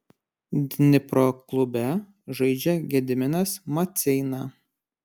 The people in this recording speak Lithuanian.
dnipro klube žaidžia gediminas maceina